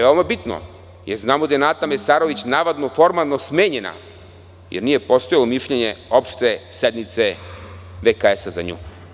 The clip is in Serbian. Ovo je veoma bitno, jer znamo da je Nata Mesarović navodno formalno smenjena, jer nije postojalo mišljenje opšte sednice VKS za nju.